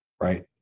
right